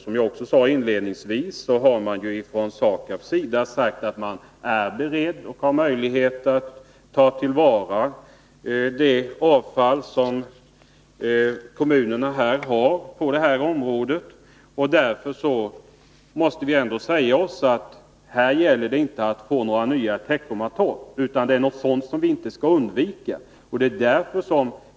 Som jag sade inledningsvis har SAKAB förklarat att företaget nu är berett att ta hand om miljöfarligt avfall från kommunerna. Därför måste vi ändå säga oss att det här inte gäller att skapa något nytt Teckomatorp. Det är sådant vi skall undvika.